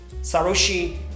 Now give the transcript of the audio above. Saroshi